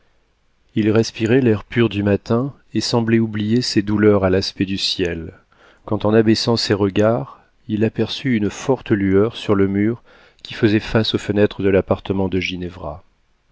il respirait l'air pur du matin et semblait oublier ses douleurs à l'aspect du ciel quand en abaissant ses regards il aperçut une forte lueur sur le mur qui faisait face aux fenêtres de l'appartement de